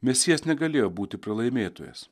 mesijas negalėjo būti pralaimėtojas